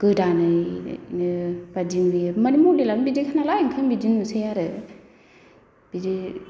गोदानैनो बादि नुयो मानि मदेलानो बिदिनोखा नालाय ओंखायनो बिदिनो नुसै आरो बिदि